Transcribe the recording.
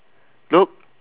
look